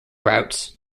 routes